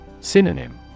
Synonym